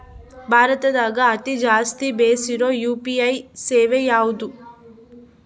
ಭಾರತದಗ ಅತಿ ಜಾಸ್ತಿ ಬೆಸಿರೊ ಯು.ಪಿ.ಐ ಸೇವೆ ಯಾವ್ದು?